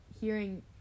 hearing